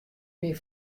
myn